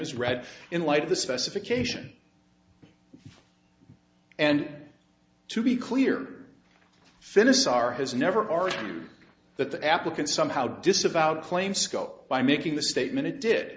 is read in light of the specification and to be clear finnis are has never argued that the applicant somehow disavowed claim scope by making the statement it did